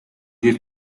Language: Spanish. diez